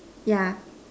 yeah